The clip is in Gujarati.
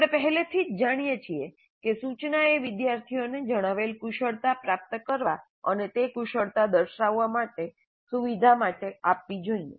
આપણે પહેલેથી જ જાણીએ છીએ કે સૂચના એ વિદ્યાર્થીઓને જણાવેલ કુશળતા પ્રાપ્ત કરવા અને તે કુશળતા દર્શાવવા માટે સુવિધા માટે આપવી જોઈએ